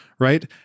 right